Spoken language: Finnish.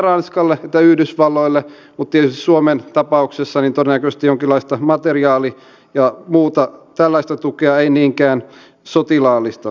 usein tuolta takin takaa löytyy vain se made in china ja sillähän sitä kotimaisuutta ei tueta